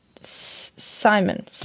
Simon